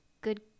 good